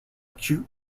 acute